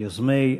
מיוזמי